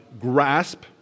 grasp